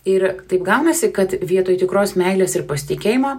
ir taip gaunasi kad vietoj tikros meilės ir pasitikėjimo